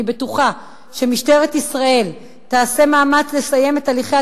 אני בטוחה שמשטרת ישראל תעשה מאמץ לסיים את הליכי